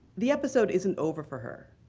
the episode isn't over for her.